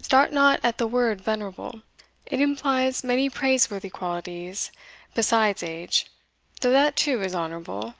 start not at the word venerable it implies many praiseworthy qualities besides age though that too is honourable,